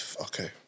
Okay